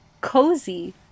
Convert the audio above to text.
cozy